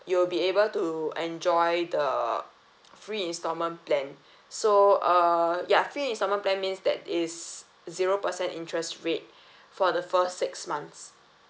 you will able to enjoy the free installment plan so uh ya free installment plan means that is zero percent interest rate for the first six months